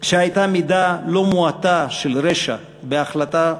שהייתה מידה לא מועטה של רשע בהחלטות